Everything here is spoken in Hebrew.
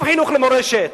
שום חינוך למורשת,